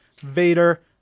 Vader